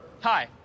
Hi